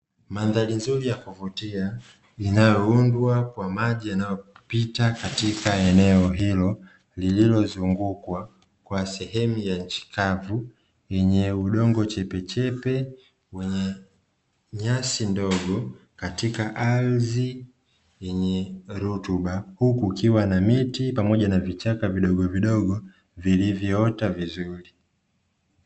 Mandhari nzuri ya kuvutia inayoundwa kwa maji yanayopita katika eneo hilo, lililozungukwa kwa sehemu ya nchi kavu yenye udongo chepechepe, wenye nyasi ndogo, katika ardhi yenye rutuba, huku kukiwa na miti pamoja na vichaka vidogovidogo vilivyoota vizuri.